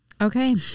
Okay